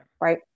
right